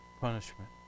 punishment